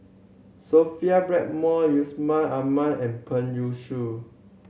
Sophia Blackmore Yusman Aman and Peng Yuyun